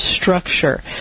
structure